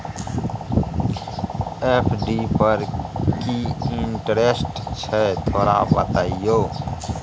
FD पर की interest छय थोरा बतईयो?